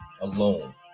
alone